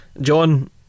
John